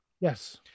Yes